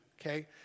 okay